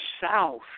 south